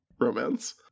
romance